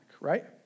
right